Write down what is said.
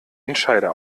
entscheider